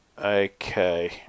okay